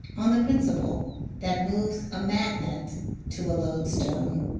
on the principle that moves a magnet to a loadstone.